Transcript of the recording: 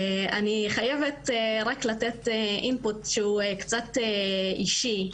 אני חייבת רק לתת אינפוט שהוא קצת אישי,